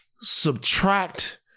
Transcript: subtract